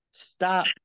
Stop